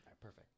Perfect